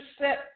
set